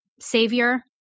savior